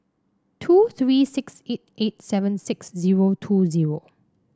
two three six eight eight seven six zero two zero